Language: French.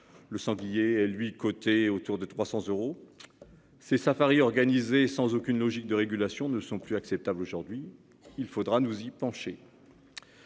Le sanglier lui côté autour de 300 euros. C'est Safari organisé sans aucune logique de régulation ne sont plus acceptables. Aujourd'hui, il faudra nous y pencher.--